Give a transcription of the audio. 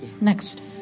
Next